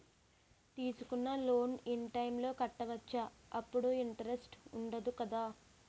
తీసుకున్న loan in time లో కట్టవచ్చ? అప్పుడు ఇంటరెస్ట్ వుందదు కదా?